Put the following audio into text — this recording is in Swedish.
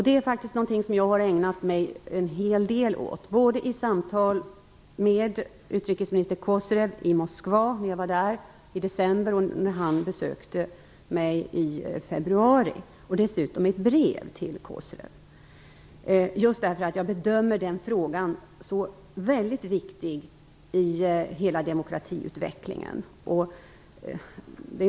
Det är något jag ägnat mig en hel del åt, både i samtal med utrikesminister Kosirev i Moskva när jag var där i december och när han besökte mig i februari, och dessutom i brev till honom. Jag bedömer den frågan så väldigt viktig i hela demokratiutvecklingen.